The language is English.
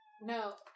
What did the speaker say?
No